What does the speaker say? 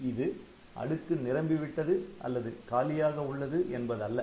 இது அடுக்கு நிரம்பிவிட்டது அல்லது காலியாக உள்ளது என்பதல்ல